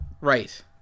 right